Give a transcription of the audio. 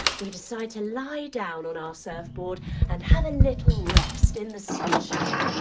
we decide to lie down on our surfboard and have a little rest in the sunshine.